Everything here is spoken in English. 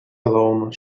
alone